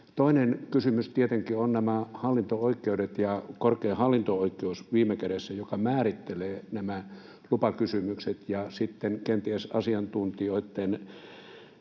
Toinen kysymys tietenkin on nämä hallinto-oikeudet ja viime kädessä korkein hallinto-oikeus, joka määrittelee nämä lupakysymykset, ja sitten kenties asiantuntijoitten